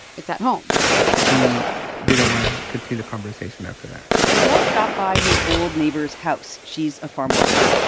it's at home he didn't want to continue the conversation after that miguel stopped by his old neighbor's house. she's a farmworker.